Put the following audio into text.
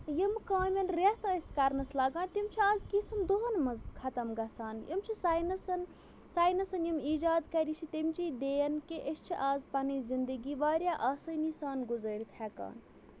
یِم کامٮ۪ن رٮ۪تھ ٲسۍ کَرنَس لاگان تِم چھِ آز کینٛژھَن دۄہَن منٛز ختم گژھان یِم چھِ ساینَسَن ساینَسَن یِم ایجاد کرِ یہِ چھِ تَمچی دین کہِ أسۍ چھِ آز پَنٕنۍ زِندگی واریاہ آسٲنی سان گُزٲرِتھ ہٮ۪کان